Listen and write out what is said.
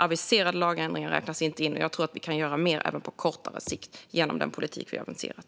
Aviserade lagändringar räknas inte in, och jag tror att vi kan göra mer även på kortare sikt genom den politik vi har aviserat.